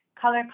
color